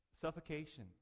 Suffocation